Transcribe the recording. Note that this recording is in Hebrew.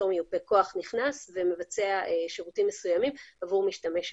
אותו מיופה כוח נכנס ומבצע שירותים מסוימים עבור משתמש אחר,